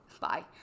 Bye